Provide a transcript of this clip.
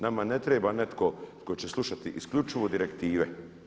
Nama ne treba netko tko će slušati isključivo direktive.